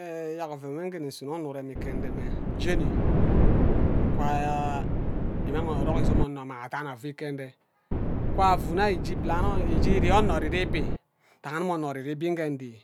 Eyeyak oven nwo nje nsuno urem. Ke nde mme jem imang orok izom onno amang adam afu ke nde kwa afu nne ari je plan ari je iri onno oriri ibi nta anim anno orin ibi nne ri